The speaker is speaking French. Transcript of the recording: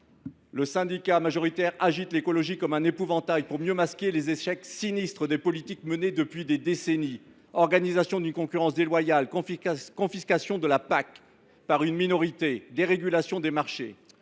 Le syndicat majoritaire agite l’écologie comme un épouvantail, pour mieux masquer les échecs sinistres des politiques menées depuis des décennies : organisation d’une concurrence déloyale, confiscation de la politique agricole commune (PAC) par une minorité et dérégulation des marchés.